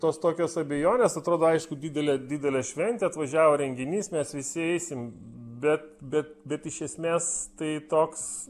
tos tokios abejonės atrodo aišku didelė didelė šventė atvažiavo renginys mes visi eisim bet bet bet iš esmės tai toks